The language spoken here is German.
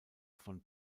von